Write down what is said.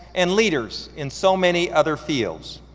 and leaders in so many other fields,